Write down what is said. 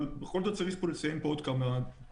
אבל בכל זאת צריך לציין פה עוד כמה דברים.